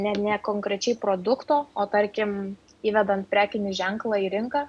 ne ne konkrečiai produkto o tarkim įvedant prekinį ženklą į rinką